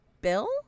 Bill